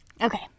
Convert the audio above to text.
Okay